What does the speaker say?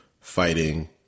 fighting